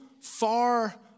far